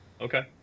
Okay